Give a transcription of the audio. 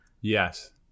Yes